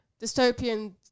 Dystopian